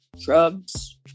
drugs